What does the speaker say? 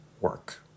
work